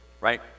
right